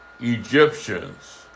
Egyptians